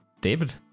David